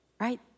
Right